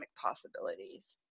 possibilities